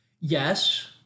Yes